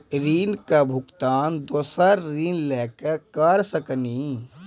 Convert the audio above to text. ऋण के भुगतान दूसरा ऋण लेके करऽ सकनी?